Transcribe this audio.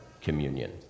communion